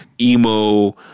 emo